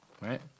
right